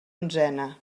onzena